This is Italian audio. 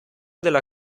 della